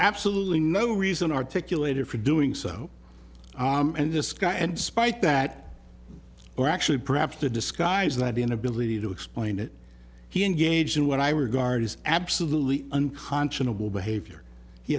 absolutely no reason articulated for doing so and this guy and spite that were actually perhaps to disguise that inability to explain it he engaged in what i regard as absolutely unconscionable behavior he